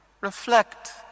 reflect